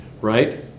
Right